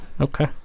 Okay